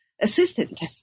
assistant